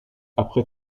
après